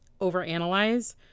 overanalyze